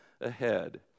ahead